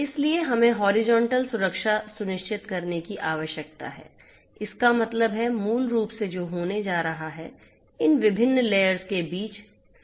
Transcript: इसलिए हमें हॉरिजॉन्टल सुरक्षा सुनिश्चित करने की आवश्यकता है इसका मतलब हैमूल रूप से जो होने जा रहा है इन विभिन्न लेयर्स के बीच संचार होने जा रहा है